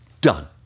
done